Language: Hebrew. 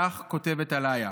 כך כותבת אלאיה: